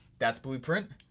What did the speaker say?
that's blueprint.